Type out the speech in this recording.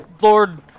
Lord